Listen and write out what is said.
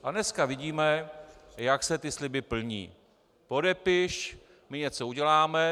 A dneska vidíme, jak se ty sliby plní: Podepiš, my něco uděláme.